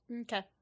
Okay